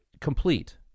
complete